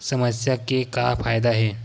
समस्या के का फ़ायदा हे?